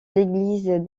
l’église